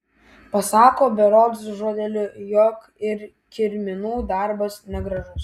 pasako berods žodeliu jog ir kirminų darbas negražus